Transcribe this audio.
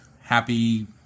Happy